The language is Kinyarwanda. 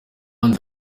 nzi